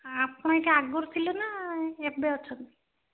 ଆପଣ ଏଠି ଆଗରୁ ଥିଲେ ନା ଏବେ ଅଛନ୍ତି